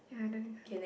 yeah I don't think so